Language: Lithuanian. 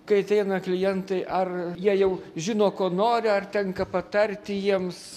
kai ateina klientai ar jie jau žino ko nori ar tenka patarti jiems